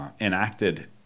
enacted